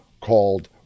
called